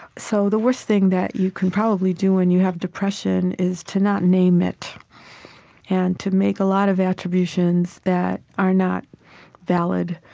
so the worst thing that you can probably do when you have depression is to not name it and to make a lot of attributions that are not valid,